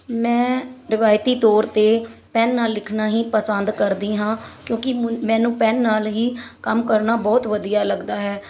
ਮੈਂ ਰਿਵਾਇਤੀ ਤੌਰ 'ਤੇ ਪੈਨ ਨਾਲ ਲਿਖਣਾ ਹੀ ਪਸੰਦ ਕਰਦੀ ਹਾਂ ਕਿਉਂਕਿ ਮੁ ਮੈਨੂੰ ਪੈਨ ਨਾਲ ਹੀ ਕੰਮ ਕਰਨਾ ਬਹੁਤ ਵਧੀਆ ਲੱਗਦਾ ਹੈ